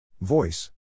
Voice